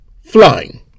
flying